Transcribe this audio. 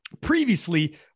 Previously